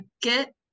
get